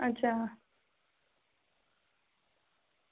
अच्छा